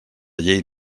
llei